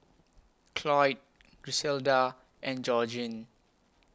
Cloyd Griselda and Georgeann